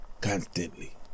constantly